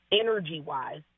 energy-wise